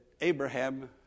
Abraham